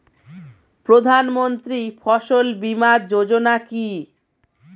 প্রধানমন্ত্রী ফসল বীমা যোজনা কি?